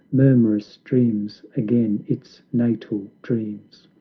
murmurous, dreams again its natal dreams.